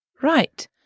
Right